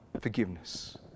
forgiveness